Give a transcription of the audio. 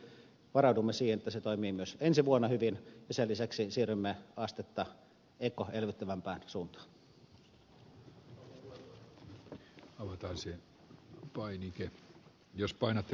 varaudumme siihen että se toimii myös ensi vuonna hyvin ja sen lisäksi siirrymme astetta ekoelvyttävämpään suuntaan